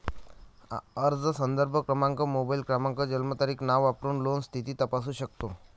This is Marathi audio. अर्ज संदर्भ क्रमांक, मोबाईल क्रमांक, जन्मतारीख, नाव वापरून लोन स्थिती तपासू शकतो